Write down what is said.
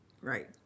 Right